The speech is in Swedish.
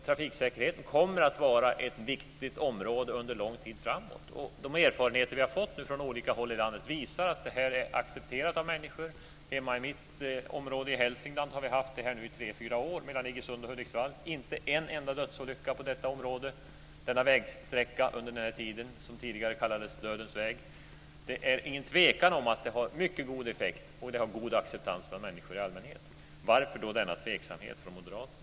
Trafiksäkerheten kommer att vara ett viktigt område under lång tid framåt, och de erfarenheter som vi har fått från olika håll i landet visar att kamerorna är accepterade av människorna. I min hembygd Hälsingland har vi använt sådana i tre, fyra år mellan Iggesund och Hudiksvall utan en enda dödsolycka på denna vägsträcka, som tidigare kallades Dödens väg. Det är inget tvivel om att kamerorna har en mycket bra effekt och möts av god acceptans av människor i allmänhet. Varför då denna tveksamhet från moderaterna?